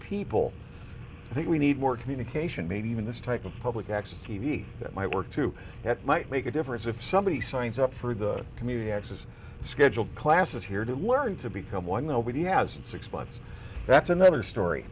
people i think we need more communication maybe even this type of public access t v that might work too that might make a difference if somebody signs up for the community access scheduled classes here to learn to become one nobody has in six months that's another story